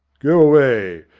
go away,